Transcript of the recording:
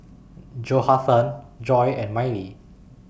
Johathan Joy and Mylie